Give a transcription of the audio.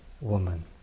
woman